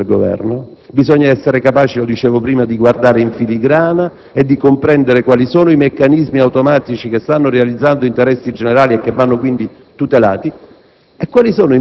Non si fa così nel Governo, bisogna essere capaci - lo dicevo prima - di guardare in filigrana e di comprendere quali sono i meccanismi automatici che stanno realizzando interessi generali, e che vanno quindi tutelati,